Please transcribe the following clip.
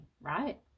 right